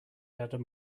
had